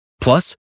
Plus